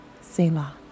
Selah